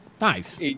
Nice